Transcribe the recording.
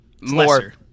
more